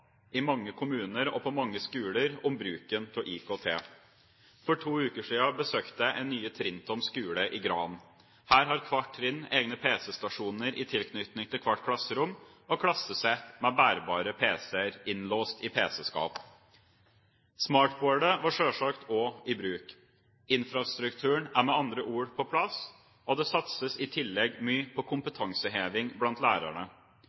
i mange kommuner og på mange skoler – om bruken av IKT. For to uker siden besøkte jeg nye Trintom skole i Gran. Her har hvert trinn egne PC-stasjoner i tilknytning til hvert klasserom og klassesett med bærbare PC-er innlåst i PC-skap. Smartboardet var selvsagt også i bruk. Infrastrukturen er med andre ord på plass, og det satses i tillegg mye på kompetanseheving blant lærerne.